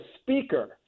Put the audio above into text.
speaker